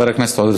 חבר הכנסת עודד